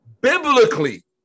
biblically